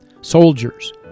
soldiers